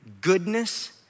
goodness